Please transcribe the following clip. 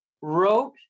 wrote